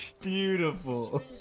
Beautiful